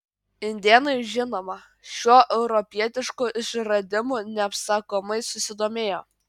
indėnai žinoma šiuo europietišku išradimu neapsakomai susidomėjo